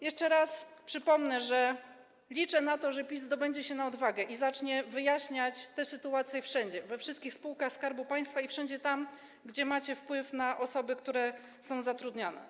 Jeszcze raz przypomnę, że liczę na to, że PiS zdobędzie się na odwagę i zacznie wyjaśniać sytuacje tego typu wszędzie, we wszystkich spółkach Skarbu Państwa i wszędzie tam, gdzie macie wpływ na osoby, które są zatrudniane.